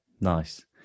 Nice